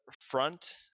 front